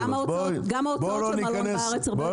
גם ההוצאות של מלון בארץ הרבה יותר גבוהות ממלונות בחו"ל.